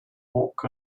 walk